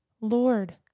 Lord